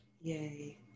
yay